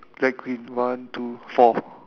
light green one two four